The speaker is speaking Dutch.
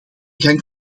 gang